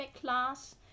class